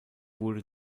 wurde